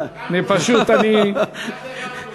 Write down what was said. אני פשוט, רק הרמקול יכול להסתיר אותך.